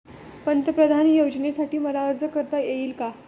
पंतप्रधान योजनेसाठी मला अर्ज करता येईल का?